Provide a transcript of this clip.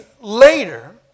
later